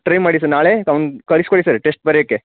try ಮಾಡಿ sir ನಾಳೆ ಅವ್ನ ಕಳಿಸಿ ಕೊಡಿ ಸರ್ ಟೆಸ್ಟ್ ಬರಿಯೋಕೆ